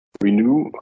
renew